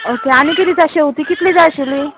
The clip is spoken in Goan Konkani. ओके आनी किदें जाय शेवतीं कितली जाय आशिल्ली